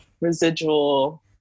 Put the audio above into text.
residual